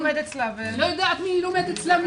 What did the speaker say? לא יודעת מי לומד אצלה.